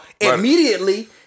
immediately